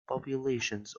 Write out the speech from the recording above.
populations